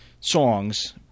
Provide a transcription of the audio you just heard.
songs